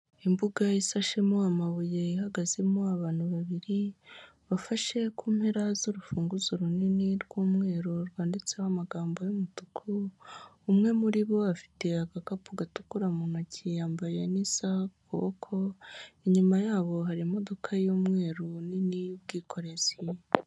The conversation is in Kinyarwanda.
Imbuga isashemo amabuye ihagazemo abantu babiri bafashe ku mpera z'urufunguzo runini rw'umweru rwanditseho amagambo y'umutuku, umwe muri bo afite agakapu gatukura mu ntoki yambaye n'isaha ku kuboko, inyuma yabo hari imodoka y'umweru nini y'ubwikorezi.